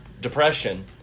depression